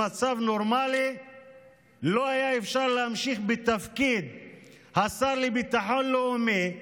במצב נורמלי הוא לא היה יכול להמשיך בתפקיד השר לביטחון לאומי,